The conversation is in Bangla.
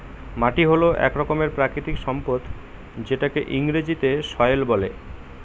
মাটি হল এক রকমের প্রাকৃতিক সম্পদ যেটাকে ইংরেজিতে সয়েল বলে